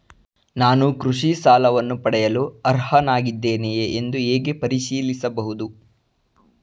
ನಾನು ಕೃಷಿ ಸಾಲವನ್ನು ಪಡೆಯಲು ಅರ್ಹನಾಗಿದ್ದೇನೆಯೇ ಎಂದು ಹೇಗೆ ಪರಿಶೀಲಿಸಬಹುದು?